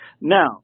Now